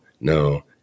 no